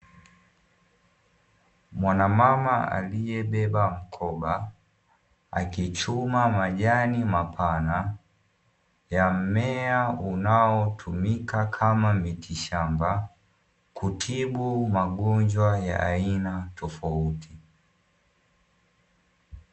Mwanamama aliyebeba mkoba akichuma majani mapana ya mmea unaotumika kama miti shamba kutibu magonjwa ya aina tofauti.